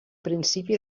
principi